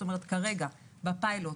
כרגע בפיילוט